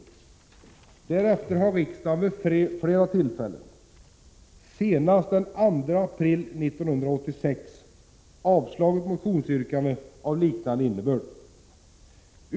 Därefter har riksdagen vid flera tillfällen — senast den 2 april 1986 — avslagit motionsyrkanden av liknande innebörd.